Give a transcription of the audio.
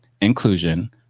inclusion